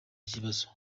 kibazo